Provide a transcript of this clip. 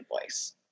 voice